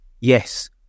yes